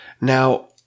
Now